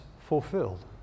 fulfilled